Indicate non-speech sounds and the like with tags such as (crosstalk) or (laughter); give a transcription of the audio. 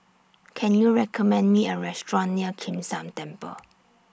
Can YOU recommend Me A Restaurant near Kim San Temple (noise)